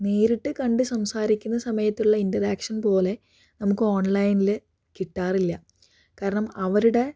നേരിട്ട് കണ്ടു സംസാരിക്കുന്ന സമയത്തുള്ള ഇൻ്ററാക്ഷൻ പോലെ നമുക്ക് ഓൺലൈനിൽ കിട്ടാറില്ല കാരണം അവരുടെ